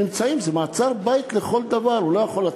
זה מעצר-בית לכל דבר, הוא לא יכול לצאת.